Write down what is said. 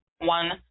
one